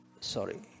sorry